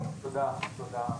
תודה,